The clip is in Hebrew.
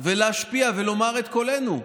עוד מעט אנחנו מצביעים.